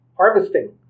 harvesting